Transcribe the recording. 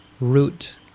root